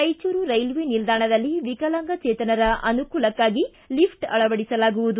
Raichur railway ನಿಲ್ದಾಣದಲ್ಲಿ ವಿಕಲಾಂಗಚೇತನರ ಅನುಕೂಲಕ್ಷಾಗಿ ಲಿಫ್ಸ ಆಳವಡಿಸಲಾಗುವುದು